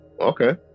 okay